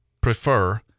prefer